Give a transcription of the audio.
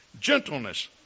gentleness